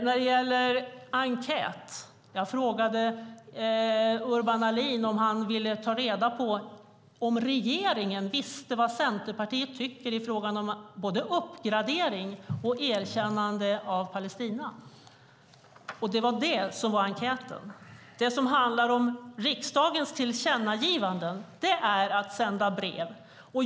När det gäller detta med enkät frågade jag Urban Ahlin om regeringen visste vad Centerpartiet tycker i frågan om uppgradering och erkännande av Palestina. Det var det som var enkäten. Det som handlar om riksdagens tillkännagivanden är att sända brev.